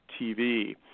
tv